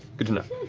good to know.